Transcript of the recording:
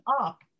up